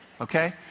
Okay